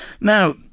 Now